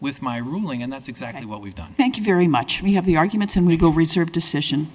with my ruling and that's exactly what we've done thank you very much we have the arguments and we will reserve decision